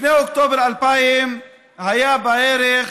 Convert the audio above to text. לפני אוקטובר 2000 היו בערך